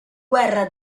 guerra